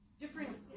Different